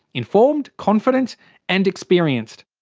informed, confident and experienced.